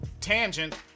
Tangent